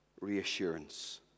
reassurance